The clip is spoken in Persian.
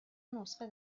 نسخه